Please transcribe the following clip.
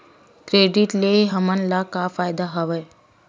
Credit ले हमन ला का फ़ायदा हवय?